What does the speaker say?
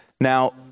Now